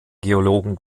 geologen